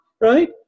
right